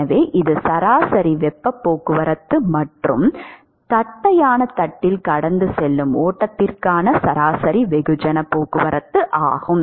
எனவே இது சராசரி வெப்பப் போக்குவரத்து மற்றும் தட்டையான தட்டில் கடந்து செல்லும் ஓட்டத்திற்கான சராசரி வெகுஜன போக்குவரத்து ஆகும்